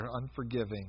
unforgiving